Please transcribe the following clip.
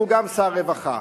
והוא גם שר רווחה.